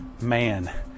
Man